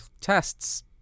tests